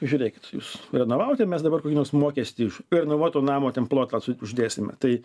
žiūrėkit jūs renovavote mes dabar kokį nors mokestį už renovuoto namo ten plotą uždėsime tai